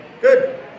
good